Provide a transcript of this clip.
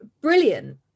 brilliant